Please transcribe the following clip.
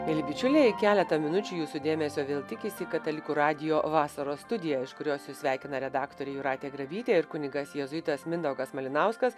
mieli bičiuliai keletą minučių jūsų dėmesio vėl tikisi katalikų radijo vasaros studija kurios jus sveikina redaktorė jūratė grabytė ir kunigas jėzuitas mindaugas malinauskas